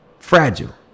Fragile